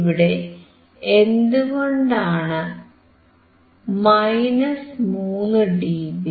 ഇവിടെ എന്തുകൊണ്ടാണ് 3ഡിബി